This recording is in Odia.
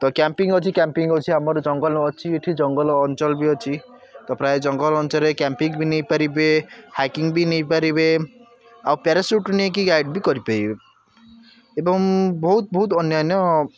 ତ କ୍ୟାମ୍ପିଂ ଅଛି କ୍ୟାମ୍ପିଂ ଅଛି ଆମର ଜଙ୍ଗଲ ଅଛି ଏଠି ଜଙ୍ଗଲ ଅଞ୍ଚଳ ବି ଅଛି ତ ପ୍ରାୟ ଜଙ୍ଗଲ ଅଞ୍ଚରେ କ୍ୟାମ୍ପିଂ ବି ନେଇପାରିବେ ହାଇକିଂ ବି ନେଇପାରିବେ ଆଉ ପ୍ୟାରାସ୍ୟୁଟ୍ ନେଇକି ଗାଇଡ଼୍ ବି କରିପାରିବେ ଏବଂ ବହୁତ ବହୁତ ଅନ୍ୟାନ୍ୟ